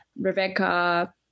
Rebecca